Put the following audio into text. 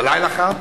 בלילה אחד,